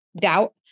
doubt